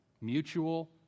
Mutual